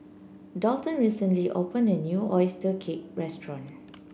Dalton recently opened a new oyster cake restaurant